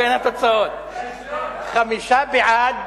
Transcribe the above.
התוצאות, בעד,